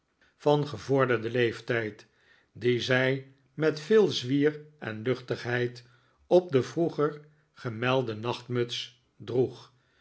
van gevorderden leeftijd dien zij met veel zwier en luchtigheid op de vroeger gemelde nachtmuts droeg